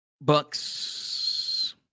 Bucks